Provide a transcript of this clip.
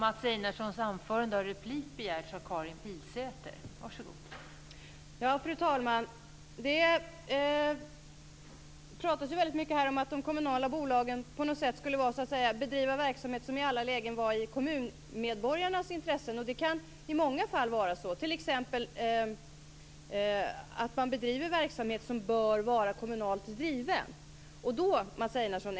Fru talman! Det talas här väldigt mycket om att de kommunala bolagen i alla lägen skulle bedriva en verksamhet som är i kommuninvånarnas intressen. Det kan också i många fall vara så att de driver verksamhet som bör vara kommunalt driven. Mats Einarsson!